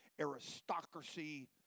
aristocracy